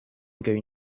going